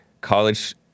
college